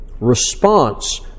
Response